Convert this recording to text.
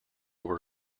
were